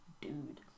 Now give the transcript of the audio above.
dude